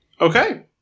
okay